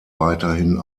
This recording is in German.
weiterhin